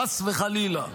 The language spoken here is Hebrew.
חס וחלילה,